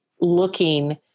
looking